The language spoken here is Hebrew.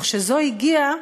וכשזו הגיעה,